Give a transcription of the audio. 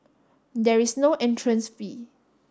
there is no entrance fee